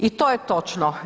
I to je točno.